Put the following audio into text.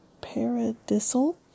paradisal